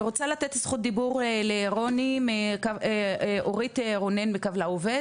אני רוצה לתת את זכות הדיבור לאורית רונן מ"קו לעובד",